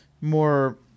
more